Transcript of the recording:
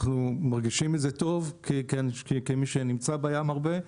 אנחנו מרגישים את זה היטב כמי שנמצא בים הרבה,